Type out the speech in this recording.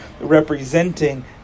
representing